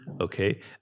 Okay